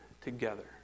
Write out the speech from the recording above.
together